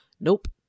Nope